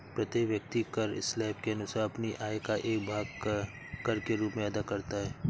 प्रत्येक व्यक्ति कर स्लैब के अनुसार अपनी आय का एक भाग कर के रूप में अदा करता है